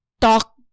talk